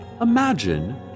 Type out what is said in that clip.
imagine